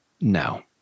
No